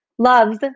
Loves